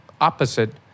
opposite